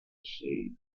ecstasy